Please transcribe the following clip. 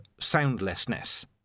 soundlessness